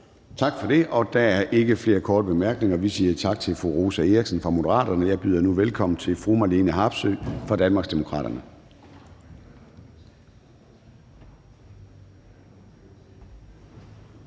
Tak for det. Der er ikke flere korte bemærkninger, så vi siger tak til ordføreren, fru Rosa Eriksen fra Moderaterne. Jeg byder nu velkommen til fru Marlene Harpsøe, Danmarksdemokraterne.